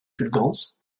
fulgence